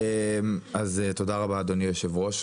אדוני היושב-ראש,